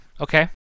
okay